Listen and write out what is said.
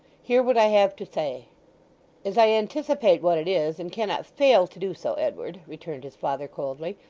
hear what i have to say as i anticipate what it is, and cannot fail to do so, edward returned his father coldly,